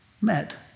met